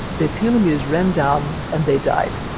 their telomeres ran down and they died.